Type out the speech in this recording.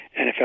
NFL